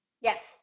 yes